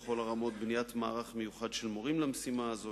בניית מערך מיוחד של מורים למשימה הזאת,